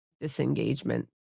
disengagement